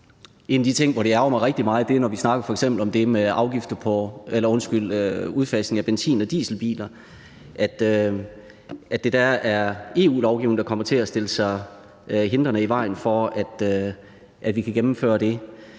En af de ting, der ærgrer mig rigtig meget, når vi snakker om f.eks. udfasning af benzin- og dieselbiler, er, at det er EU-lovgivningen, der kommer til at stille sig hindrende i vejen for, at vi kan gennemføre det.